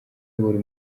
uyobora